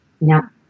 now